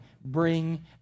Bring